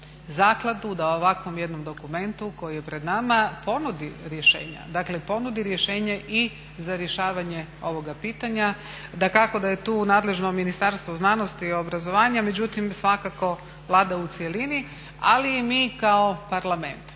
zakladu da u ovakvom jednom dokumentu koji je pred nama ponudi rješenja, dakle ponudi rješenje i za rješavanje ovoga pitanja. Dakako da je tu nadležno Ministarstvo znanosti i obrazovanja, međutim svakako Vlada u cjelini, ali i mi kao Parlament.